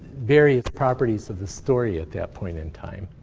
various properties of the story at that point in time.